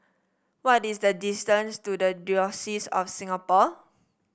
what is the distance to the Diocese of Singapore